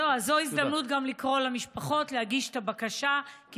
זו הזדמנות גם לקרוא למשפחות להגיש את הבקשה.